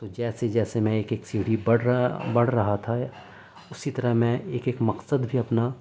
تو جیسے جیسے میں ایک ایک سیڑھی بڑھ رہا بڑھ رہا تھا اسی طرح میں ایک ایک مقصد بھی اپنا